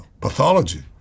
pathology